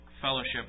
fellowship